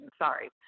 sorry